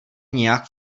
nějak